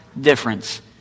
difference